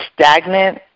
stagnant